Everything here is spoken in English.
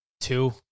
Two